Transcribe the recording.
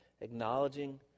acknowledging